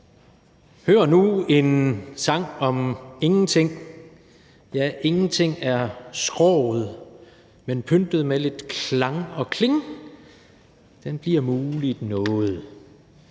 »Hør nu en Sang om Ingenting!/Ja, Ingenting er Skroget;/Men, pyntet lidt med Klang og Kling,/Den bliver mueligt Noget.«